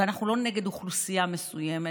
ואנחנו לא נגד אוכלוסייה מסוימת.